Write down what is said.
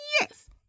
Yes